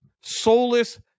Soulless